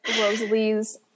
Rosalie's